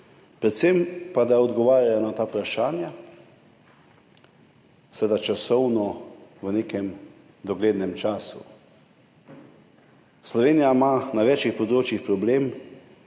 predvsem pa, da odgovarjajo na ta vprašanja, seveda v nekem doglednem času. Slovenija ima na več področjih problem,